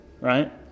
right